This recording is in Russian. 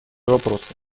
вопросы